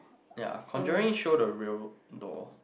ya conjuring show the real doll